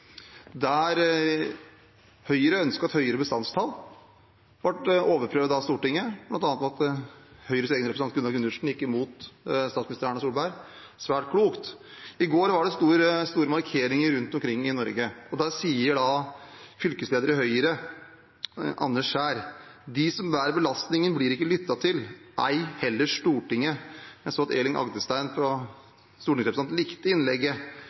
der Høyre ønsket et høyere bestandstall. Det ble overprøvd av Stortinget, bl.a. ved at Høyres egen representanten Gunnar Gundersen gikk imot statsminister Erna Solberg – svært klokt! I går var det store markeringer rundt omkring i Norge, og der sier Anders Kjær, fylkesleder i Høyre, at de som bærer belastningen, ikke blir lyttet til, ei heller Stortinget. Jeg så at stortingsrepresentant Elin Agdestein likte innlegget.